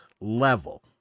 level